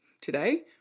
today